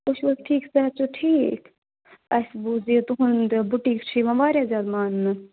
تُہۍ چھُو حظ ٹھیٖک صحت چھا ٹھیٖک اَسہِ بوٗز یہِ تُہُنٛد بُٹیٖک چھُ یِوان واریاہ زیادٕ ماننہٕ